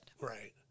Right